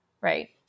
Right